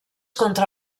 contra